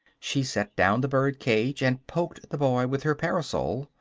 she set down the bird-cage and poked the boy with her parasol.